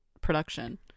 production